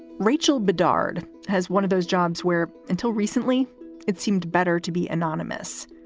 rachel bedard has one of those jobs where until recently it seemed better to be anonymous.